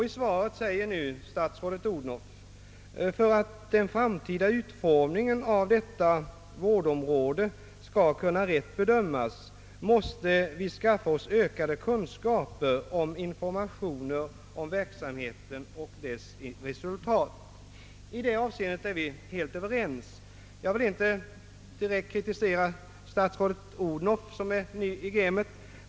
I svaret säger nu statsrådet fru Odhnoff: »För att den framtida utform ningen av detta vårdområde skall kunna. rätt bedömas måste vi skaffa oss ökade kunskaper och informationer om verksamheten och dess resultat.» I det avseendet är vi helt överens. Jag vill inte direkt kritisera statsrådet Odhnoff som är ny i gamet.